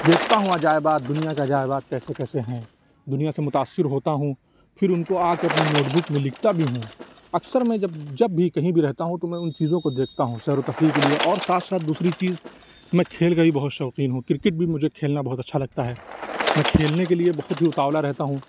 دیکھتا ہوں عجائبات دنیا کے عجائبات کیسے کیسے ہیں دنیا سے متاثر ہوتا ہوں پھر ان کو آ کے اپنی نوٹ بک میں لکھتا بھی ہوں اکثر میں جب جب بھی کہیں بھی رہتا ہوں ان چیزوں کو دیکھتا ہوں سیر و تفریح کے لیے اور ساتھ ساتھ دوسری چیز میں کھیل کا بھی بہت شوقین ہوں کرکٹ بھی مجھے کھیلنا بہت اچھا لگتا ہے میں کھیلنے کے لیے بہت ہی اتاولا رہتا ہوں